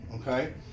okay